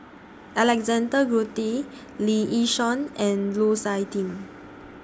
Alexander Guthrie Lee Yi Shyan and Lu Suitin